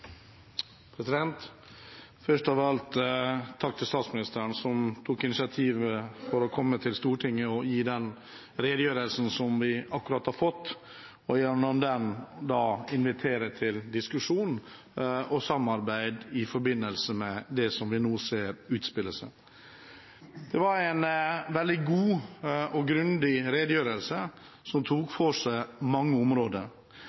Først av alt: Takk til statsministeren som tok initiativ til å komme til Stortinget og gi den redegjørelsen vi akkurat har fått, og gjennom den invitere til diskusjon og samarbeid i forbindelse med det vi nå ser utspille seg. Det var en veldig god og grundig redegjørelse som tok for seg mange områder.